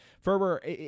Ferber